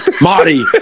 Marty